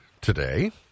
today